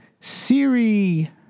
Siri